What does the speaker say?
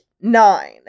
nine